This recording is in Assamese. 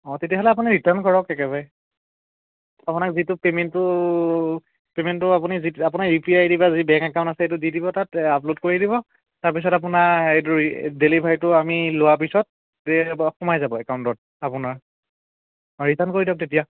অঁ তেতিয়াহ'লে আপুনি ৰিটাৰ্ণ কৰক একেবাৰে আপোনাক যিটো পেমেণ্টটো পে'মেণ্টটো আপুনি যিটো আপোনাৰ ইউ পি আই ডি বা যি বেংক একাউণ্ট আছে এইটো দি দিব তাত আপলোড কৰি দিব তাৰপিছত আপোনাৰ এইটো ডেলিভাৰীটো আমি লোৱাৰ পিছত যে সোমাই যাব একাউণ্টত আপোনাৰ অঁ ৰিটাৰ্ণ কৰি দিয়ক তেতিয়া